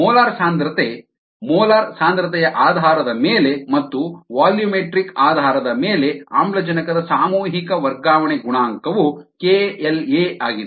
molar ಸಾಂದ್ರತೆ molar ಸಾಂದ್ರತೆಯ ಆಧಾರದ ಮೇಲೆ ಮತ್ತು ವಾಲ್ಯೂಮೆಟ್ರಿಕ್ ಆಧಾರದ ಮೇಲೆ ಆಮ್ಲಜನಕದ ಸಾಮೂಹಿಕ ವರ್ಗಾವಣೆ ಗುಣಾಂಕವು KLa ಆಗಿದೆ